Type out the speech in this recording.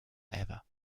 ever